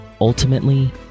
ultimately